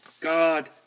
God